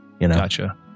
Gotcha